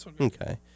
Okay